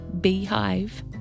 Beehive